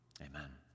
Amen